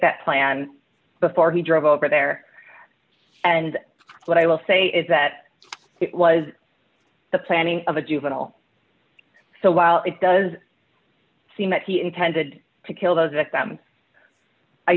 that plan before he drove over there and what i will say is that it was the planning of a juvenile so while it does seem that he intended to kill those victims i